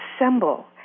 assemble